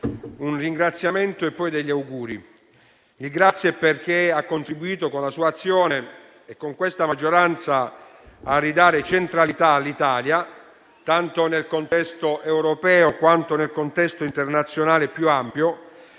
un ringraziamento e poi degli auguri. Il ringraziamento è perché ha contribuito con la sua azione e con questa maggioranza a ridare centralità all'Italia tanto nel contesto europeo quanto nel contesto internazionale più ampio: